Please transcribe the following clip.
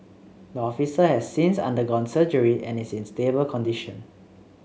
the officer has since undergone surgery and is in stable condition